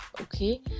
okay